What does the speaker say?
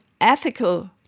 ethical